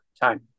time